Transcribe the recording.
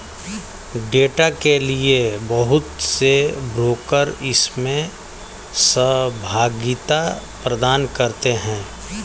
data के लिये बहुत से ब्रोकर इसमें सहभागिता प्रदान करते हैं